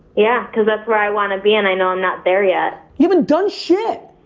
yeah cause that's where i wanna be and i know i'm not there yet. you haven't done shit.